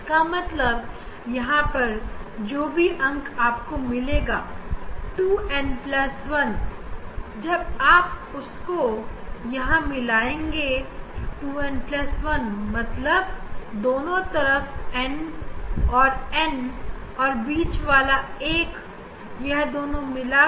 इसका मतलब यहां पर जो भी अंक आपको मिलेगा 2n1 जब आपको यहां मिलेगा 2n1 मतलब दोनों तरफnn और यह बीच वाला भी n होगा